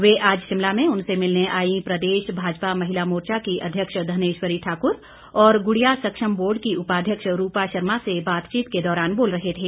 वे आज शिमला में उनसे मिलने आईं प्रदेश भाजपा महिला मोर्चा की अध्यक्ष धनेश्वरी ठाकुर और गुड़िया सक्षम बोर्ड की उपाध्यक्ष रूपा शर्मा से बातचीत के दौरान बोल रहे थे